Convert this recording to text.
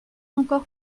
encore